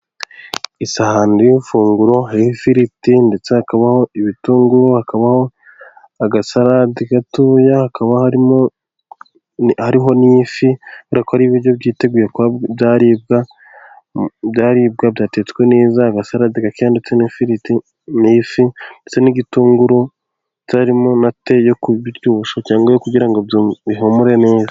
Isahani iriho ifunguro hariho ifiriti, ndetse hakabaho ibitunguru hakabaho agasalade gatoya, hakaba hariho n'ifi kubera ko ari ibiryo byiteguye kuba byaribwa byatetswe neza, agasarade gake ndetse n'ifiriti n'ifi ndetse n'igitunguru, ndetse harimo na te yo kuryosha cyangwa kugira ngo bihumure neza.